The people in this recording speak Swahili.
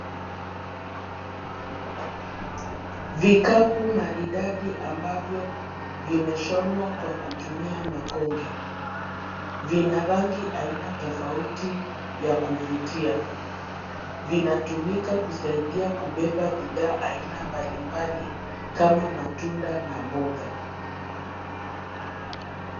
Vikapu maridadi ambayo vimeshonwa kwa kutumia makonge. Vina rangi aina tofauti ya kuvutia. Vinatumika kusaidia kubeba bidhaa aina mbalimbali kama matunda na mboga.